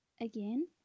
Again